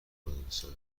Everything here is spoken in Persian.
مدرسه